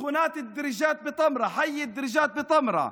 שכונת אל-דריג'את בטמרה, חי אל-דריג'את בטמרה,